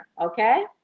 Okay